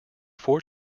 four